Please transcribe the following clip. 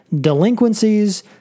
delinquencies